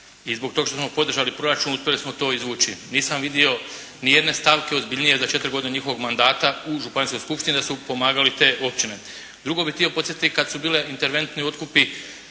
i zbog toga što smo podržali proračun uspjeli smo to izvući. Nisam vidio nijedne stavke ozbiljnije za četiri godine njihovog mandata u županijskoj skupštini da su pomagali te općine. Drugo bih htio podsjetiti kad su bili interventni otkupi